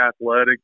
athletic